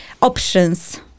options